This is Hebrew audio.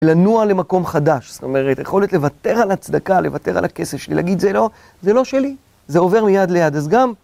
לנוע למקום חדש, זאת אומרת, היכולת לוותר על הצדקה, לוותר על הכסף שלי, להגיד, זה לא, זה לא שלי, זה עובר מיד ליד אז גם..